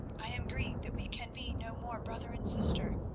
i am grieved that we can be no more brother and sister,